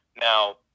Now